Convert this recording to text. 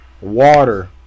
water